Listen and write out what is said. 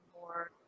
more